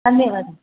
धन्यवादः